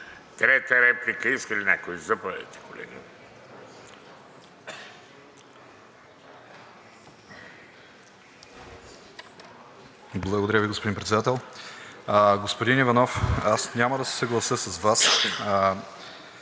Трета реплика иска ли някой? Заповядайте.